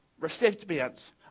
recipients